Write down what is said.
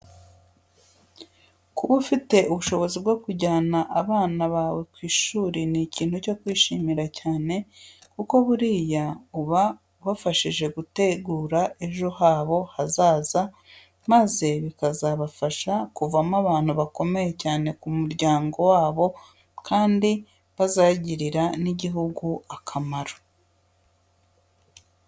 Kuba ufite ubushobozi bwo kujyana abana bawe ku ishuri ni ikintu cyo kwishimira cyane, kuko buriya uba ubafashije gutegura ejo habo hazaza maze bikazabafasha kuvamo abantu bakomeye cyane ku muryango wabo kandi bazagirira n'igihugu akamaro.